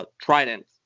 Trident